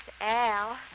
Al